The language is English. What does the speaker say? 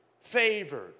favored